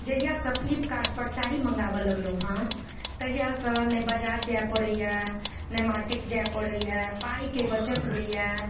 जहियासँ फ्लिपकार्टपर साड़ी मँगाबऽ लगलहुँ हेँ तहियासँ ने बजार जाइ पड़ैए ने मार्केट जाइ पड़ैए पाइके बचत होइए